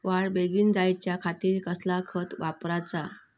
वाढ बेगीन जायच्या खातीर कसला खत वापराचा?